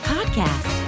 Podcast